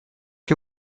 que